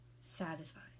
satisfying